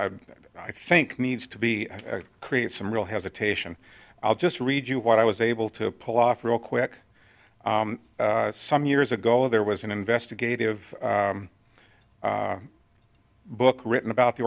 and i think needs to be create some real hesitation i'll just read you what i was able to pull off real quick some years ago there was an investigative book written about the